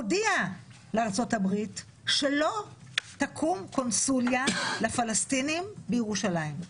הודיע לארצות הברית שלא תקום קונסוליה לפלסטינים בירושלים.